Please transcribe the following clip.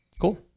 Cool